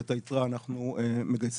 ואת היתרה אנחנו מגייסים,